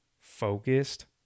focused